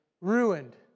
ruined